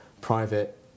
private